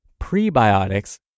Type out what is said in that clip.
prebiotics